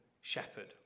shepherd